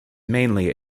mainly